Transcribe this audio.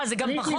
אה, זה גם פחות.